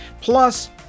Plus